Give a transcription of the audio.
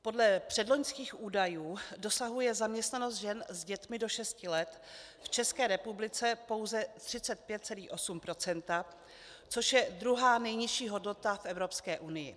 Podle předloňských údajů dosahuje zaměstnanost žen s dětmi do šesti let v České republice pouze 35,8 %, což je druhá nejnižší hodnota v Evropské unii.